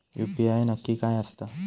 UPI नक्की काय आसता?